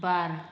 बार